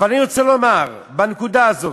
אבל אני רוצה לומר, רק בנקודה הזאת,